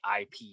ip